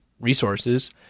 resources